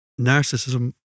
narcissism